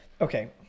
okay